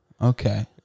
Okay